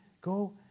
Go